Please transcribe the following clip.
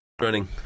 Running